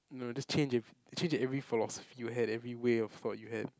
no just change in change in every philosophy you had every way of thought you had